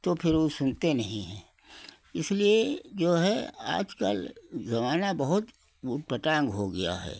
तो फिर वो सुनते नहीं हैं इसलिए जो है आज कल ज़माना बहुत ऊट पटांग हो गया है